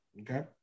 Okay